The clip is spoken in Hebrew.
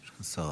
יש פה שרה.